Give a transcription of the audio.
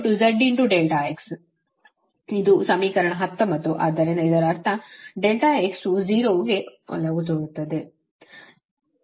ಇದು ಸಮೀಕರಣ 19 ಆದ್ದರಿಂದ ಇದರರ್ಥ ∆x ವು 0 ಗೆ ಒಲವು ತೋರುತ್ತದೆ